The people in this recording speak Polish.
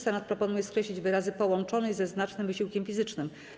Senat proponuje skreślić wyrazy „połączonej ze znacznym wysiłkiem fizycznym”